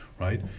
right